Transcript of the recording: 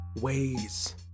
ways